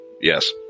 Yes